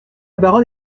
baronne